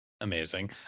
Amazing